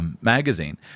magazine